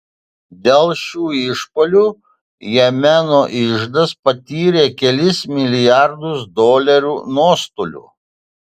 dėl šių išpuolių jemeno iždas patyrė kelis milijardus dolerių nuostolių